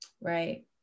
right